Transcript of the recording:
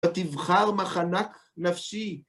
ותבחר מחנק נפשי.